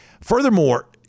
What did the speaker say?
furthermore